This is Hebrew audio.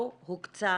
לא הוקצה